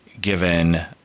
given